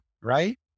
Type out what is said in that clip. right